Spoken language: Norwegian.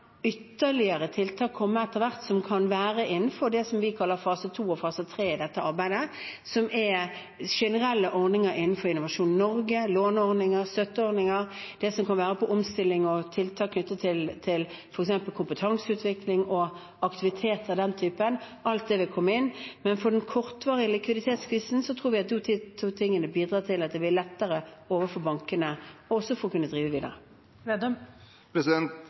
etter hvert innenfor det vi kaller fase 2 og fase 3 i dette arbeidet, som vil være generelle ordninger innenfor Innovasjon Norge, låneordninger, støtteordninger, det som har å gjøre med omstilling og tiltak knyttet til f.eks. kompetanseutvikling og aktivitet av den typen. Alt det vil komme inn. Men for den kortvarige likviditetskrisen tror jeg at de to tingene bidrar til at det vil bli lettere overfor bankene for å kunne drive videre.